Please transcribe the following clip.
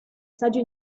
saggio